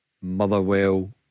Motherwell